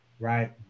Right